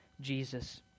Jesus